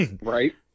Right